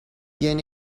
بیاین